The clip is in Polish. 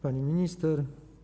Pani Minister!